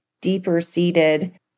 deeper-seated